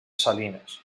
salines